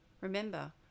Remember